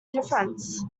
difference